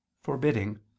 forbidding